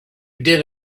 did